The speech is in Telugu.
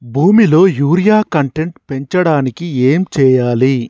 భూమిలో యూరియా కంటెంట్ పెంచడానికి ఏం చేయాలి?